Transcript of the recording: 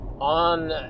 On